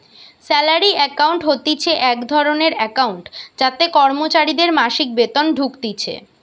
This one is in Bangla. স্যালারি একাউন্ট হতিছে এক ধরণের একাউন্ট যাতে কর্মচারীদের মাসিক বেতন ঢুকতিছে